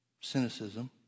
cynicism